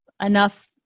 enough